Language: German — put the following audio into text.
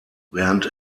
während